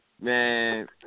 Man